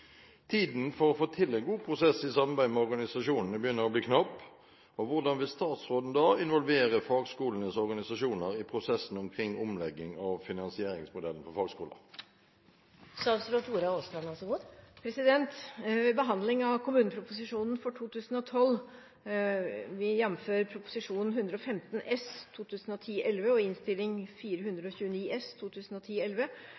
Tiden for å få til en god prosess i samarbeid med organisasjonene begynner å bli knapp. Hvordan vil statsråden involvere fagskolenes organisasjoner i prosessen omkring omlegging av finansieringsmodellen for fagskoler?» Ved behandling av kommuneproposisjonen for 2012, jf. Prop. 115 S for 2010–2011 og Innst. 429 S for 2010–2011, ble det i